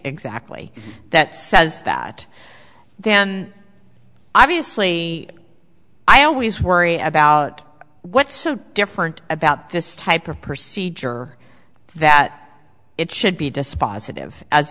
exactly that says that then obviously i always worry about what's so different about this type of procedure that it should be dispositive as